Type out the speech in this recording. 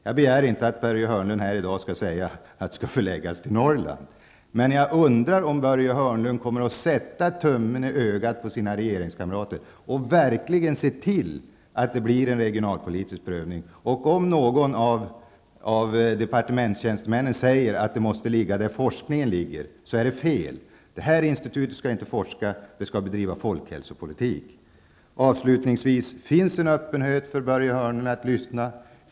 Jag begär inte att Börje Hörnlund i dag skall säga att det skall förläggas till Norrland, men jag undrar om Börje Hörnlund kommer att sätta tummen i ögat på sina regeringskamrater och verkligen se till att det blir en regionalpolitisk prövning. Om någon av departementstjänstemännen säger att institutet måste ligga där forskningen ligger är det fel. Detta institut skall inte forska, det skall bedriva folkhälsopolitik. Avslutningsvis: Har Börje Hörnlund en öppenhet för att lyssna?